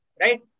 right